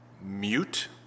mute